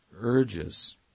Urges